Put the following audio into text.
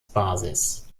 basis